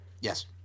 Yes